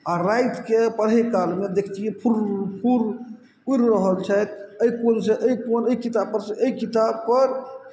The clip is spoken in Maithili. आओर रातिके पढ़य कालमे देखतियै फुर्र फुर्र उड़ि रहल छथि अइ कोनसँ अइ कोन अइ किताबपर सँ अइ किताबपर